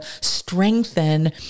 strengthen